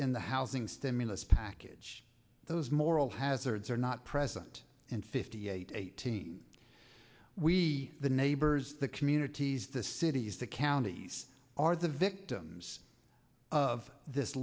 in the housing stimulus package those moral hazards are not present and fifty eight eighteen we the neighbors the communities the cities the counties are the victims of this